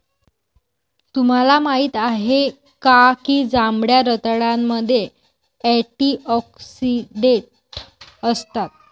तुम्हाला माहित आहे का की जांभळ्या रताळ्यामध्ये अँटिऑक्सिडेंट असतात?